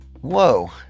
whoa